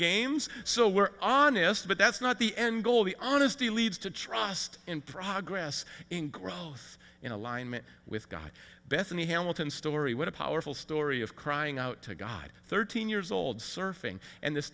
games so we're honest but that's not the end goal of the honesty leads to trust in progress and growth in alignment with god bethany hamilton story what a powerful story of crying out to god thirteen years old surfing and this